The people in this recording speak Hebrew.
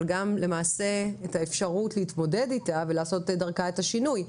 אבל גם למעשה את האפשרות להתמודד איתה ולעשות דרכה את השינוי.